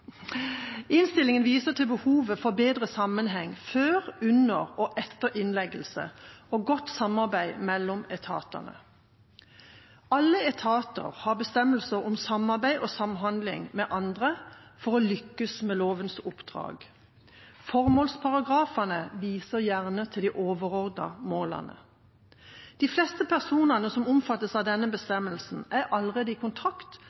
viser til behovet for bedre sammenheng før, under og etter innleggelse og godt samarbeid mellom etatene. Alle etater har bestemmelser om samarbeid og samhandling med andre for å lykkes med lovens oppdrag. Formålsparagrafene viser gjerne til de overordnede målene. De fleste personene som omfattes av denne bestemmelsen, er allerede i